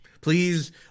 Please